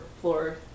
floor